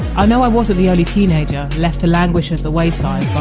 i know i wasn't the only teenager left to languish at the wayside